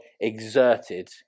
exerted